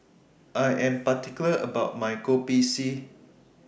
I Am particular about My Kopi C